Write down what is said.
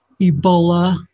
Ebola